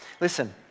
Listen